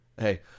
Hey